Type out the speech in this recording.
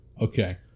Okay